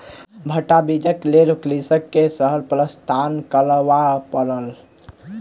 भट्टा बीजक लेल कृषक के शहर प्रस्थान करअ पड़ल